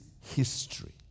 history